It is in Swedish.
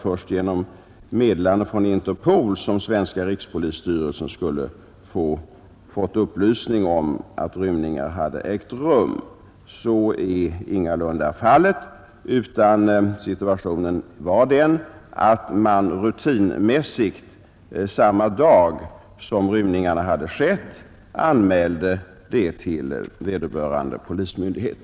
Först genom meddelande från Interpol skulle den svenska rikspolisstyrelsen ha fått upplysning om att rymningar hade ägt rum Så är ingalunda fallet. Samma dag som rymningarna skedde anmäldes de rutinmässigt till vederbörande polismyndighet.